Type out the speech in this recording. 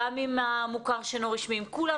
גם עם המוכר שאינו רשמי, עם כולם.